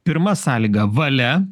pirma sąlyga valia